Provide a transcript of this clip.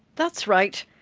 that's right.